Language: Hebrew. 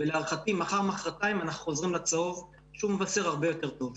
ולהערכתי מחר-מחורתיים אנחנו חוזרים לצהוב שמבשר הרבה יותר טוב.